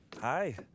Hi